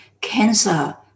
cancer